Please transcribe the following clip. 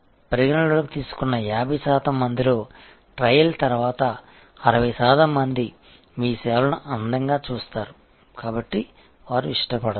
పరిగణనలోకి తీసుకున్న 50 శాతం మందిలో ట్రయల్ తర్వాత 60 శాతం మంది మీ సేవలను అందంగా చూస్తారు కాబట్టి వారు ఇష్టపడతారు